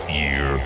year